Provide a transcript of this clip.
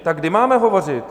Tak kdy máme hovořit?